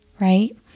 right